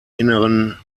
inneren